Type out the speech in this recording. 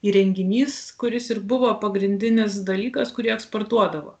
įrenginys kuris ir buvo pagrindinis dalykas kurį eksportuodavo